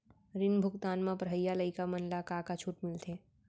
ऋण भुगतान म पढ़इया लइका मन ला का का छूट मिलथे?